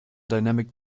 dynamic